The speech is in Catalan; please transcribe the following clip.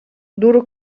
duro